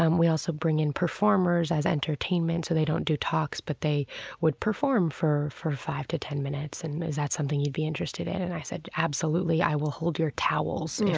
um we also bring in performers as entertainment so they don't do talks, but they would perform for for five to ten minutes. and is that something you'd be interested in? and i said, absolutely. i will hold your towels yeah